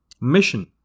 Mission